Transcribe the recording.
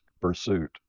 pursuit